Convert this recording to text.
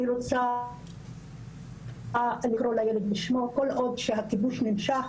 אני רוצה לקרוא לילד בשמו כל עוד שהכיבוש נמשך,